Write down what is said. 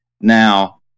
Now